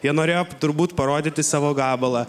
jie norėjo turbūt parodyti savo gabalą